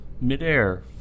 midair